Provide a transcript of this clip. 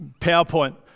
PowerPoint